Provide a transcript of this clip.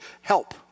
help